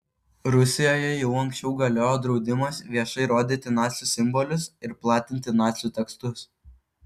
rusijoje jau anksčiau galiojo draudimas viešai rodyti nacių simbolius ir platinti nacių tekstus